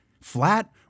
flat